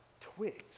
twigs